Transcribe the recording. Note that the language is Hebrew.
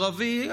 ערבי,